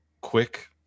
quick